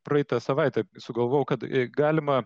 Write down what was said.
praeitą savaitę sugalvojau kad galima